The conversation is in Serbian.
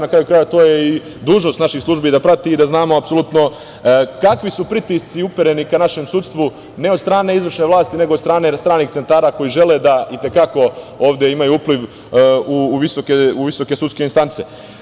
Na kraju krajeva, to je i dužnost naših službi da prati i da znamo apsolutno kakvi su pritisci upereni ka našem sudstvu, ne od strane izvršne vlasti, nego od stranih centara koji žele da i te kako ovde imaju upliv u visoke sudske instance.